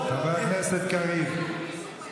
חבר הכנסת קריב.